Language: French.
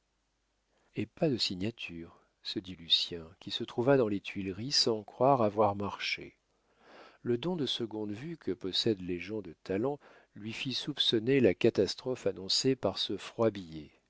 et pas de signature se dit lucien qui se trouva dans les tuileries sans croire avoir marché le don de seconde vue que possèdent les gens de talent lui fit soupçonner la catastrophe annoncée par ce froid